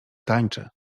tańczy